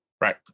Right